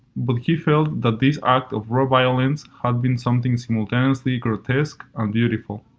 but he felt that this act of raw violence had been something simultaneously grotesque and beautiful.